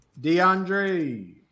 deandre